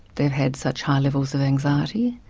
they've had such high levels of anxiety,